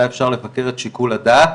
היה אפשר לבקר את שיקול הדעת,